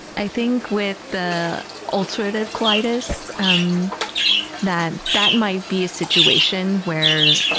i think with the ulcerative colitis, um that that might be a situation where